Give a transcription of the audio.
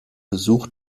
besuch